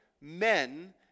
men